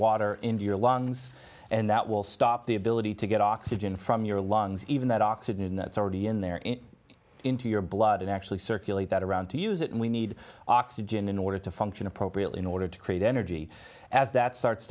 water in your lungs and that will stop the ability to get oxygen from your lungs even that oxygen that's already in there into your blood and actually circulate that around to use it and we need oxygen in order to function appropriately in order to create energy as that starts